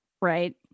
right